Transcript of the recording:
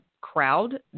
crowd